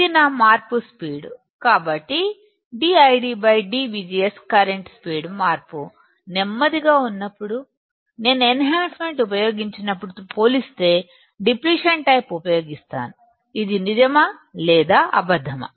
ఇది నా మార్పు రేటు కాబట్టి d d కరెంటు స్పీడ్ మార్పు నెమ్మదిగా ఉన్నప్పుడు నేను ఎన్ హాన్సమెంట్ ఉపయోగించినప్పుడు పోలిస్తే డిప్లిషన్ టైపు ను ఉపయోగిస్తాను ఇది నిజమా లేదా అబద్ధమా